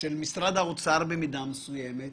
והמאמצים של משרד האוצר במידה מסוימת.